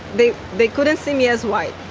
they they couldn't see me as white.